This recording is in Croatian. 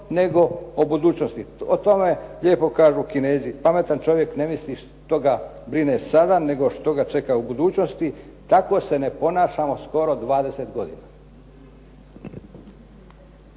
nego o budućnosti. O tome lijepo kažu Kinezi: "Pametan čovjek ne misli što ga brine sada nego što ga čeka u budućnosti.". Tako se ne ponašamo skoro 20 godina.